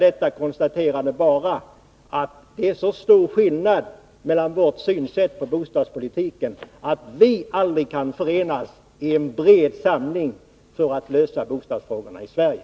Detta konstaterande innebär bara att det är så stor skillnad i vårt synsätt på bostadpolitiken att vi aldrig kan förenas i en bred samling för att lösa bostadsfrågorna i Sverige.